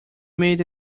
made